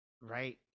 Right